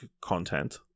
content